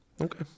okay